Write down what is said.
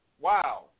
wow